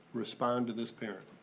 respond to this parent?